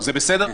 זה בסדר?